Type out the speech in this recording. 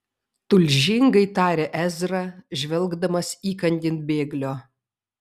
tulžingai tarė ezra žvelgdamas įkandin bėglio